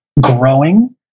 growing